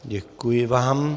Děkuji vám.